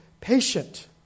patient